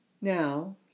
Now